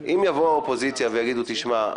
אם יבואו מהאופוזיציה ויגידו: "תשמע,